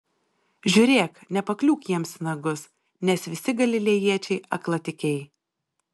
žiūrėk nepakliūk jiems į nagus nes visi galilėjiečiai aklatikiai